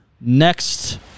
next